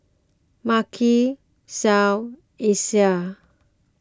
Makai Clell Isiah